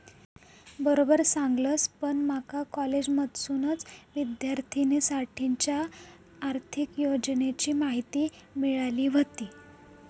बरोबर सांगलस, पण माका कॉलेजमधसूनच विद्यार्थिनींसाठीच्या आर्थिक योजनांची माहिती मिळाली व्हती